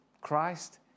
Christ